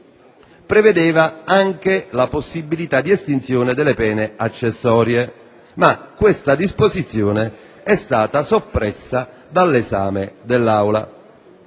prevedeva anche la possibilità di estinzione delle pene accessorie, ma tale disposizione è stata soppressa dall'esame dell'Aula.